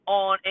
on